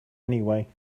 anyway